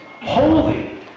Holy